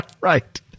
right